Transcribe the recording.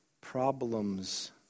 problems